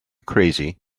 crazy